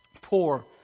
poor